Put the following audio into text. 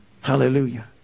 Hallelujah